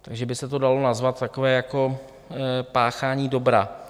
Takže by se to dalo nazvat takové jako páchání dobra.